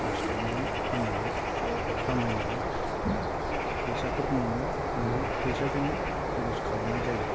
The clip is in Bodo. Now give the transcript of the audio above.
खरस खालामनानै फान्नानै खामायनानै फैसाफोर मोनो निजे बे फैसाजोंनो खरस खालामनाय जायो